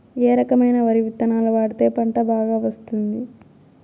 ఏ రకమైన వరి విత్తనాలు వాడితే పంట బాగా వస్తుంది?